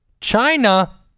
China